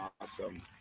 Awesome